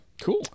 Cool